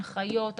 הנחיות,